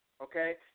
Okay